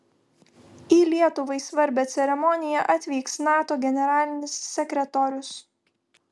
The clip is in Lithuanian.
į lietuvai svarbią ceremoniją atvyks nato generalinis sekretorius